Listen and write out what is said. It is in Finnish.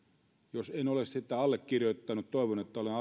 jos en ole sitä allekirjoittanut toivon että olen